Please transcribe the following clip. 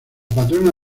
patrona